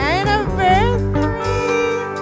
Anniversary